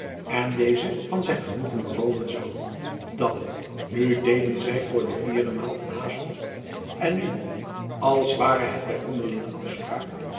en dezen van zijn genoegen berooven zoû dan nu deden zy voor de vierde maal een haas op en nu als ware het by onderlinge afspraak